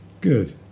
Good